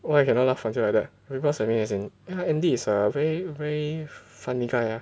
why cannot laugh until like that because I mean as in Andy is a very very funny guy ah